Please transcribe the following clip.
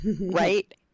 Right